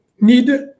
need